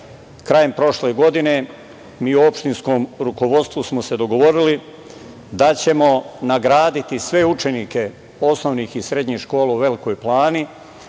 krajem prošle godine mi u opštinskom rukovodstvu smo se dogovorili da ćemo nagraditi sve učenike osnovnih i srednjih škola u Velikoj Plani